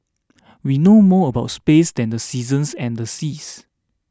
we know more about space than the seasons and the seas